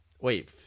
wait